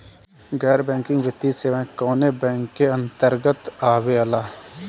गैर बैंकिंग वित्तीय सेवाएं कोने बैंक के अन्तरगत आवेअला?